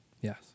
yes